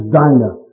diner